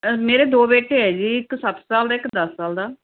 ਮੇਰੇ ਦੋ ਬੇਟੇ ਹੈ ਜੀ ਇੱਕ ਸੱਤ ਸਾਲ ਦਾ ਇੱਕ ਦਸ ਸਾਲ ਦਾ